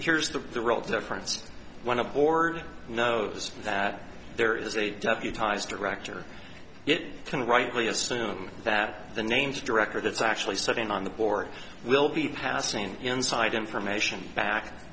here's the the real difference when a board knows that there is a deputized director it can rightly assume that the names director that's actually sitting on the board will be passing inside information back